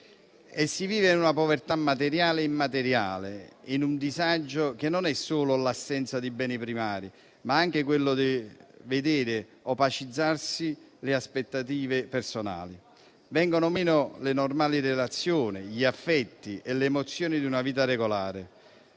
Si vive in una povertà materiale e immateriale, in un disagio che non è solo l'assenza di beni primari, ma anche il vedere opacizzarsi le aspettative personali. Vengono meno le normali relazioni, gli affetti e le emozioni di una vita regolare.